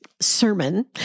sermon